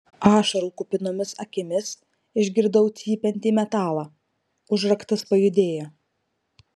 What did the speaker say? ašarų kupinomis akimis išgirdau cypiantį metalą užraktas pajudėjo